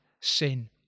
sin